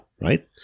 right